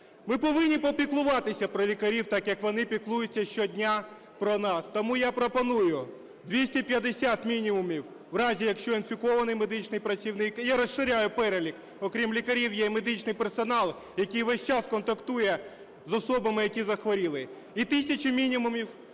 Ми повинні попіклуватися про лікарів так, як і вони піклуються щодня про нас. Тому я пропоную 250 мінімумів в разі, якщо інфікований медичний працівник. Я розширяю перелік, окрім лікарів є і медичний персонал, який весь час контактує з особами, які захворіли, і тисячу мінімумів